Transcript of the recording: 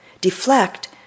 deflect